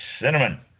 cinnamon